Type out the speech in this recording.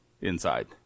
inside